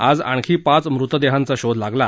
आज आणखी पाच मृतदेहांचा शोध लागला